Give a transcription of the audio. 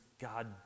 God